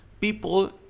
People